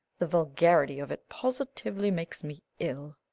the vulgarity of it positively makes me ill.